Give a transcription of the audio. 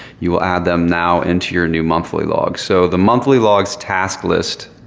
you will add them now into your new monthly log. so the monthly log's task list